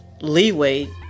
leeway